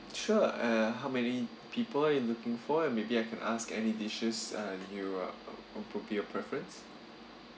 sure uh how many people you looking for and maybe I can ask any dishes uh you are uh would be your preference